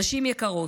נשים יקרות,